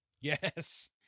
Yes